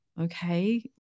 Okay